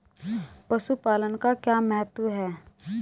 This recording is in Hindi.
पशुपालन का क्या महत्व है?